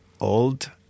old